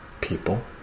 people